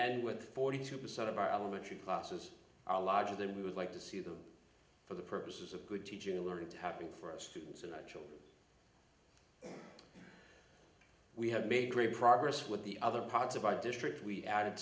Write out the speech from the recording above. end with forty two percent of our elementary classes are larger than we would like to see them for the purposes of good teaching or learning to happen for our students a natural we have made great progress with the other parts of our district we added